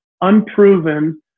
unproven